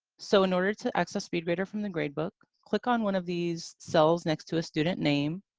so, in order to access speedgrader from the grade book, click on one of these cells next to a student's name,